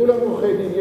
כולם עורכי-דין.